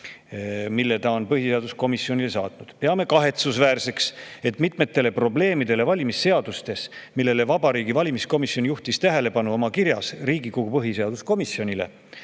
mille ta on põhiseaduskomisjonile saatnud: "Peame kahetsusväärseks, et mitmetele probleemidele valimisseadustes, millele Vabariigi Valimiskomisjon juhtis tähelepanu oma kirjas Riigikogu põhiseaduskomisjonile,